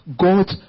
God